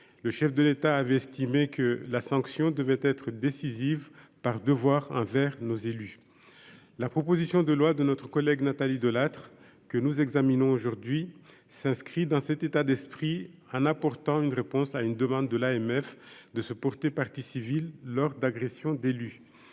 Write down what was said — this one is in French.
le chef de l'État avait estimé que la sanction devait être décisive par devoir envers nos élus, la proposition de loi de notre collègue Nathalie Delattre que nous examinons aujourd'hui s'inscrit dans cet état d'esprit en apportant une réponse à une demande de l'AMF de se porter partie civile lors d'agressions, d'élus,